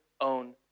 own